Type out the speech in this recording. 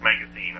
Magazine